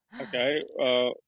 Okay